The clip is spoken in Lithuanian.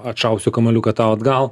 atšausiu kamuoliuką tau atgal